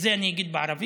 ואת זה אני אגיד בערבית: